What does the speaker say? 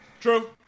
True